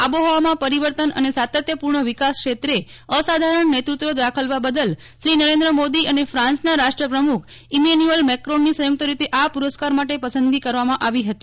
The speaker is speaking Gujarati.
આબોહવામાં પરિવર્તન અને સાતત્યપૂર્ણ વિકાસ ક્ષેત્રે અસાધારણ નેતૃત્વ દાખવવા બદલ શ્રી નરેન્દ્ર મોદી અને ફ્રાન્સના રાષ્ટ્રપ્રમુખ ઇમેન્યુઅલ મેક્રોનની સંયુક્ત રીતે આ પુરસ્કાર માટે પસંદગી કરવામાં આવી હતી